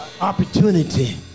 opportunity